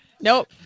Nope